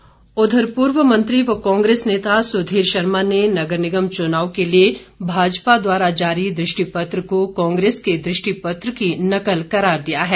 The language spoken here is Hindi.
सुधीर पूर्व मंत्री व कांग्रेस नेता सुधीर शर्मा ने नगर निगम चुनाव के लिए भाजपा द्वारा जारी दृष्टिपत्र को कांग्रेस के दृष्टिपत्र की नकल करार दिया है